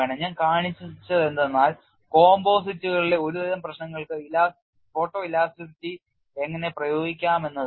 ഞാൻ കാണിച്ചതെന്തെന്നാൽ composite കളിലെ ഒരു തരം പ്രശ്നങ്ങൾക്ക് ഫോട്ടോഇലാസ്റ്റിസിറ്റി എങ്ങനെ പ്രയോഗിക്കാമെന്നതാണ്